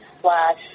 slash